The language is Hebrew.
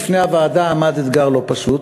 בפני הוועדה עמד אתגר לא פשוט,